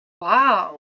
wow